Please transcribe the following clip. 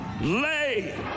lay